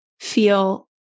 feel